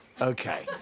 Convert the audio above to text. Okay